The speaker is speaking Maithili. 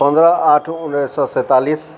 पन्द्रह आठ उन्नैस सए सैंतालिस